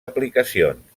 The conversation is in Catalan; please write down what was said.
aplicacions